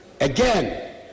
Again